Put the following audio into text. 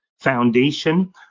foundation